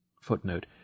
Footnote